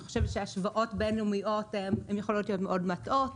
אני חושבת שהשוואות בין-לאומיות הן יכולות להיות מאוד מטעות.